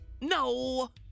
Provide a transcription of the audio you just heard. No